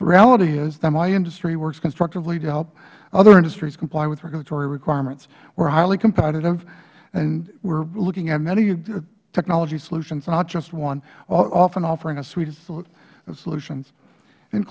reality is that my industry works constructively to help other industries comply with regulatory requirements we are highly competitive and we are looking at many technology solutions not just one often offering a suite of solutions